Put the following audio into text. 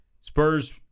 Spurs